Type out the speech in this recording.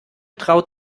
traut